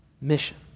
mission